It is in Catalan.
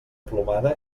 plomada